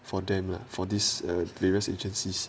for them lah for this uh various agencies